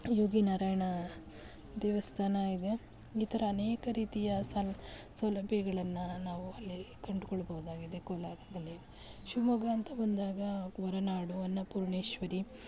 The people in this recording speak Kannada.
ಯು ಬಿ ನಾರಾಯಣ ದೇವಸ್ಥಾನ ಇದೆ ಈ ಥರ ಅನೇಕ ರೀತಿಯ ಸನ್ ಸೌಲಭ್ಯಗಳನ್ನು ನಾವು ಅಲ್ಲಿ ಕಂಡುಕೊಳ್ಬೋದಾಗಿದೆ ಕೋಲಾರದಲ್ಲಿ ಶಿವಮೊಗ್ಗ ಅಂತ ಬಂದಾಗ ಹೊರನಾಡು ಅನ್ನಪೂರ್ಣೇಶ್ವರಿ